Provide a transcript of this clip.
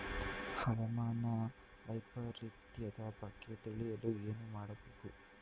ಹವಾಮಾನ ವೈಪರಿತ್ಯದ ಬಗ್ಗೆ ತಿಳಿಯಲು ಏನು ಮಾಡಬೇಕು?